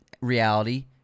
reality